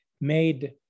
made